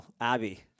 Abby